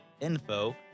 info